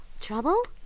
trouble